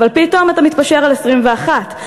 אבל פתאום אתה מתפשר על 21,